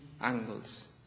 angles